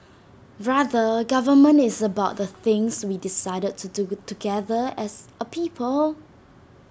rather government is about the things we decided to do together as A people